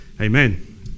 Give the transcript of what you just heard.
amen